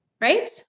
right